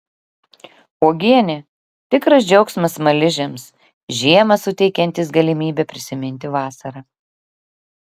uogienė tikras džiaugsmas smaližiams žiemą suteikiantis galimybę prisiminti vasarą